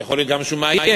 יכול להיות גם שהוא מאיים.